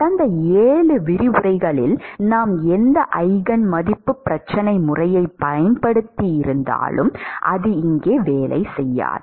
கடந்த 7 விரிவுரைகளில் நாம் எந்த ஈஜென் மதிப்புச பிரச்சனை முறையைப் பயன்படுத்தியிருந்தாலும் அது இங்கே வேலை செய்யாது